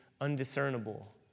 undiscernible